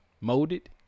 molded